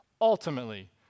ultimately